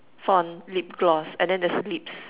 font lip gloss and then there's a lips